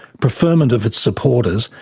preferment of its supporters,